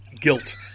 guilt